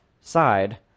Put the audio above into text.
side